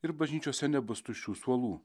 ir bažnyčiose nebus tuščių suolų